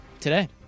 today